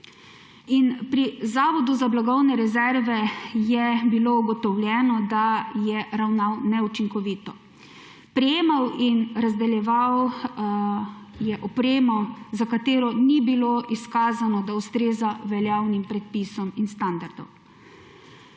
Pri Zavodu za blagovne rezerve je bilo ugotovljeno, da je ravnal neučinkovito. Prejemal in razdeljeval je opremo, za katero ni bilo izkazano, da ustreza veljavnim predpisom in standardom.